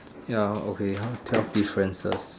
ya okay ah twelve differences